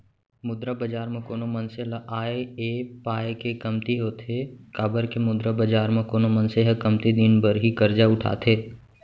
मुद्रा बजार म कोनो मनसे ल आय ऐ पाय के कमती होथे काबर के मुद्रा बजार म कोनो मनसे ह कमती दिन बर ही करजा उठाथे